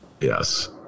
Yes